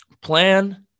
Plan